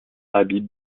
habib